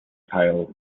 tail